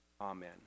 Amen